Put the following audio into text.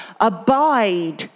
Abide